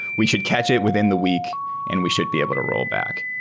we should catch it within the week and we should be able to roll back.